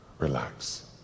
Relax